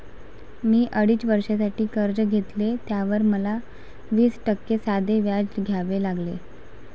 मी अडीच वर्षांसाठी कर्ज घेतले, त्यावर मला वीस टक्के साधे व्याज द्यावे लागले